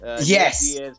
Yes